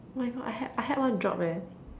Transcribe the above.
oh my God I had I had one drop eh